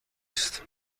است